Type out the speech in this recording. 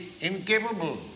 incapable